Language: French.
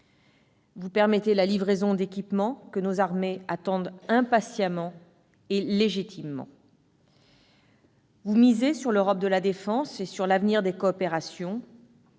Vous permettez la livraison d'équipements que nos armées attendent impatiemment, et légitimement. Vous misez sur l'Europe de la défense et sur l'avenir des coopérations.